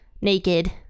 naked